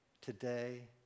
today